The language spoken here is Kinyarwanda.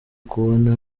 kubona